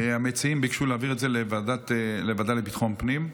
המציעים ביקשו להעביר את זה לוועדה לביטחון הפנים.